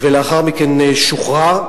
ולאחר מכן שוחרר.